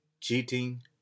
cheating